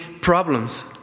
problems